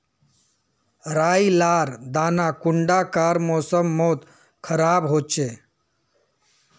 राई लार दाना कुंडा कार मौसम मोत खराब होचए?